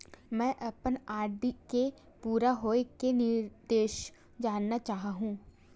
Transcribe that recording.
मैं अपन आर.डी के पूरा होये के निर्देश जानना चाहहु